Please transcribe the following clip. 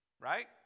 Right